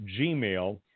gmail